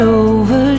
over